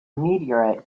meteorite